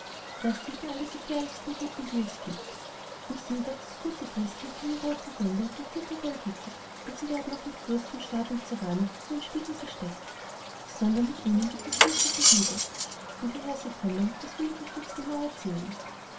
das sind die allergefährlichsten ruten die es gibt um sie darf das gute christkind keine roten bänder und kein flittergold wickeln und sie werden auch nicht bloß zum staat und zur warnung hinter den spiegel gesteckt sondern mit ihnen gibt es wirkliche hiebe und woher sie kommen das will ich euch jetzt ganz genau erzählen